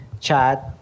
chat